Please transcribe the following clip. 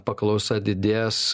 paklausa didės